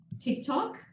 TikTok